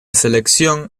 selección